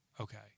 Okay